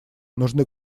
нужны